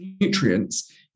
nutrients